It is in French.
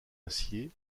acier